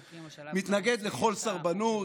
אני מתנגד לכל סרבנות.